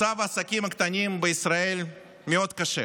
מצב העסקים הקטנים בישראל מאוד קשה.